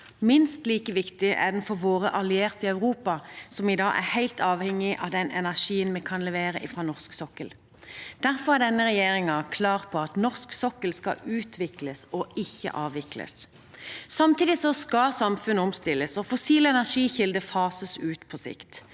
Minst like viktig er den for våre allierte i Europa, som i dag er helt avhengige av den energien vi kan levere fra norsk sokkel. Derfor er denne regjeringen klar på at norsk sokkel skal utvikles, ikke avvikles. Samtidig skal samfunnet omstilles og fossile energikilder fases ut på sikt.